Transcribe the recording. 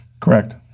Correct